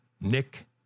Nick